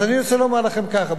אז אני רוצה לומר לכם ככה,